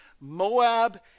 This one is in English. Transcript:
Moab